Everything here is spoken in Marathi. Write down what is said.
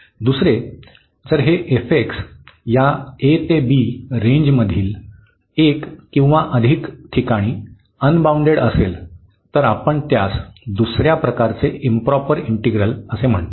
दुसरे जर हे या a ते b रेंजमधील एक किंवा अधिक ठिकाणी अनबाउंडेड असेल तर आपण त्यास दुसर्या प्रकारचे इंप्रॉपर इंटिग्रल म्हणतो